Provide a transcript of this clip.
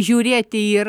žiūrėti yra